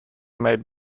made